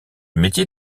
métier